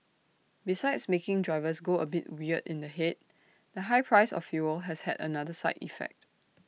besides making drivers go A bit weird in the Head the high price of fuel has had another side effect